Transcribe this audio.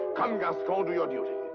come gascon, do your duty.